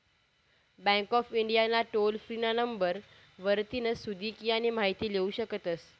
bank of India ना toll free ना number वरतीन सुदीक यानी माहिती लेवू शकतस